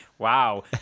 Wow